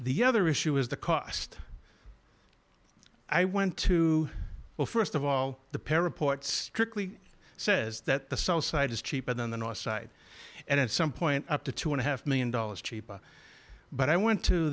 the other issue is the cost i went to well st of all the para put strictly says that the south side is cheaper than the north side at some point up to two and a half one million dollars cheaper but i went to